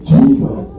Jesus